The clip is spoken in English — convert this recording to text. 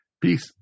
peace